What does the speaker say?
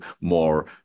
more